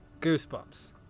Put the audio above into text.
goosebumps